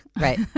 Right